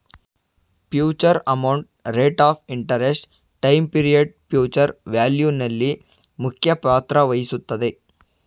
future amount, rate of interest, time period future value ನಲ್ಲಿ ಮುಖ್ಯ ಪಾತ್ರ ವಹಿಸುತ್ತದೆ